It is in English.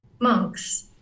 Monks